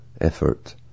effort